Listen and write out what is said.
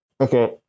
Okay